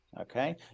okay